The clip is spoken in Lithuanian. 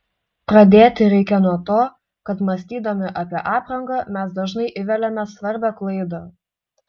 pradėti reikia nuo to kad mąstydami apie aprangą mes dažnai įveliame svarbią klaidą